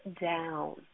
down